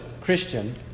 Christian